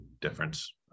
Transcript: difference